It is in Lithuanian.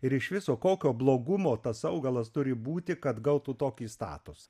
ir iš viso kokio blogumo tas augalas turi būti kad gautų tokį statusą